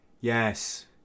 Yes